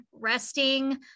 resting